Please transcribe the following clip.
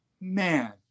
man